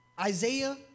Isaiah